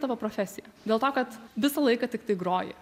tavo profesija dėl to kad visą laiką tiktai groji